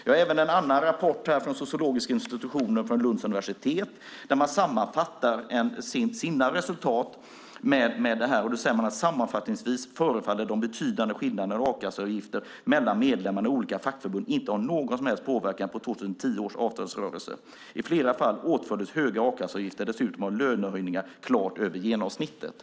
Jag har även en annan rapport här från sociologiska institutionen från Lunds universitet, där man sammanfattar sina resultat med detta: "Sammanfattningsvis förefaller de betydande skillnaderna i a-kasseavgifter mellan medlemmarna i olika fackförbund inte ha haft någon som helst påverkan på 2010 års avtalsrörelse. I flera fall åtföljdes höga a-kasseavgifter dessutom av lönehöjningar klart över genomsnittet."